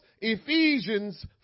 Ephesians